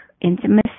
intimacy